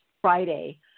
friday